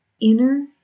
Inner